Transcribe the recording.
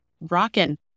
rockin